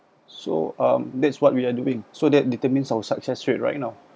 so um that's what we are doing so that determines our success rate right now